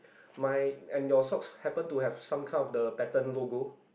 mine and your socks happen to have some kinds of the pattern logo